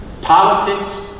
politics